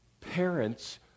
parents